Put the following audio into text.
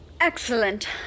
Excellent